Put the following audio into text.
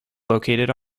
located